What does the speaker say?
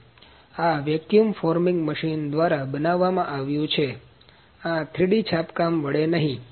તેથી આ vacuum forming machine દ્વારા બનાવ્યુ છે આ 3D છાપકામ વડે નહીં